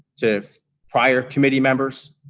to prior committee members,